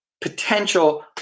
potential